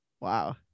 Wow